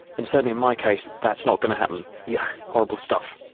and certainly in my case that's not going to happen. yuck, horrible stuff!